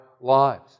lives